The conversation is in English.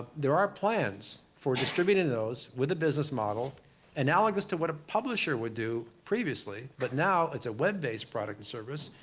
there are plans for distributing those with a business model analogous to what a publisher would do previously. but now it's a web-based product and service.